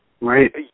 Right